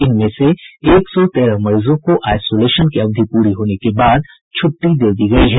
इनमें से एक सौ तेरह मरीजों को आईसोलेशन की अवधि पूरी होने के बाद उन्हें छुट्टी दे दी गयी है